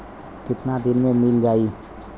कितना दिन में मील जाई?